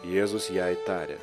jėzus jai tarė